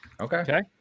Okay